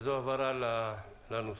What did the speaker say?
וזו הבהרה לנוסח,